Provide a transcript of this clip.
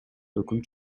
өкүм